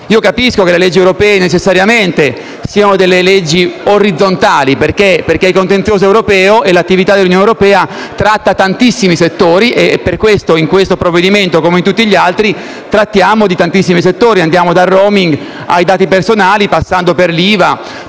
italiano. Le leggi europee sono necessariamente provvedimenti orizzontali, perché il contenzioso europeo e l'attività dell'Unione europea trattano tantissimi settori, ragion per cui in questo provvedimento, come in tutti gli altri, trattiamo tantissimi ambiti: andiamo dal *roaming* ai dati personali, passando per l'IVA